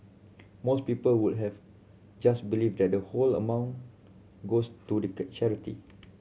most people would have just believed that the whole amount goes to the charity